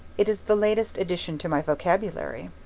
it is the latest addition to my vocabulary.